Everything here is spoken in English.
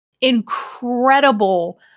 Incredible